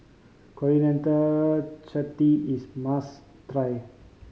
Coriander Chutney is must try